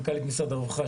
מנכ"לית משרד הרווחה,